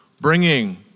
bringing